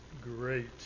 great